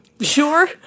sure